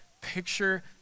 picture